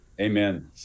amen